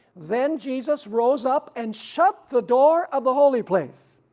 then jesus rose up and shut the door of the holy place,